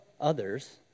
others